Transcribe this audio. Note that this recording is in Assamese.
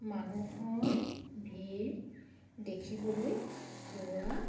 মানুহৰ ভিৰ দেখিবলৈ পোৱা